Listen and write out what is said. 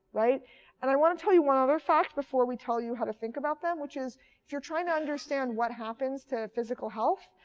and i want to tell you one other fact before we tell you how to think about them, which is if you're trying to understand what happens to physical health,